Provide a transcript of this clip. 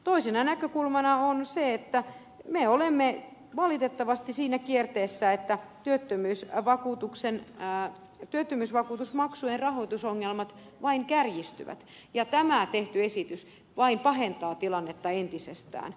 toisena näkökulmana on se että me olemme valitettavasti siinä kierteessä että työttömyysvakuutusmaksujen rahoitusongelmat vain kärjistyvät ja tämä tehty esitys vain pahentaa tilannetta entisestään